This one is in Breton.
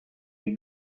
bez